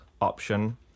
option